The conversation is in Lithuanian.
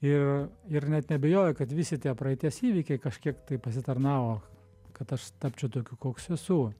ir ir net neabejoju kad visi tie praeities įvykiai kažkiek tai pasitarnavo kad aš tapčiau tokiu koks esu